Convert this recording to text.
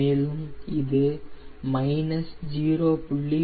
மேலும் இது மைனஸ் 0